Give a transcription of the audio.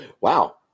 Wow